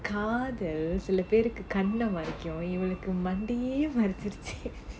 காதல் சில பேருக்கு கண்ண மறைக்கும் இவளுக்கு மண்டையே மறச்சிடுச்சி:kaadhaal sila perukku kanna maraikum ivalukku mandaiyae maraichiduchi